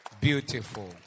Beautiful